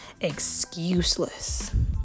excuseless